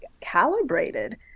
calibrated